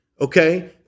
okay